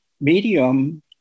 medium